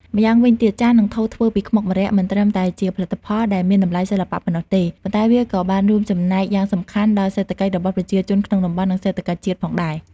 ម្យ៉ាងវិញទៀតចាន និងថូធ្វើពីខ្មុកម្រ័ក្សណ៍ មិនត្រឹមតែជាផលិតផលដែលមានតម្លៃសិល្បៈប៉ុណ្ណោះទេ ប៉ុន្តែវាក៏បានរួមចំណែកយ៉ាងសំខាន់ដល់សេដ្ឋកិច្ចរបស់ប្រជាជនក្នុងតំបន់ និងសេដ្ឋកិច្ចជាតិផងដែរ។